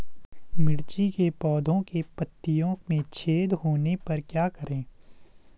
मिर्ची के पौधों के पत्तियों में छेद होने पर क्या करें?